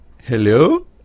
Hello